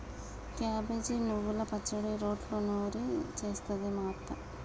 cabbage నువ్వల పచ్చడి రోట్లో నూరి చేస్తది మా అత్త